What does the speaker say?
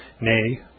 nay